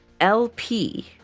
LP